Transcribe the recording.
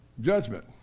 judgment